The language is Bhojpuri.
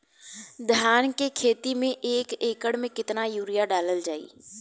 धान के खेती में एक एकड़ में केतना यूरिया डालल जाई?